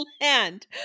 land